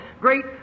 great